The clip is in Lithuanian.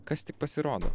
kas tik pasirodo